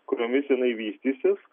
kuriomis jinai vystysis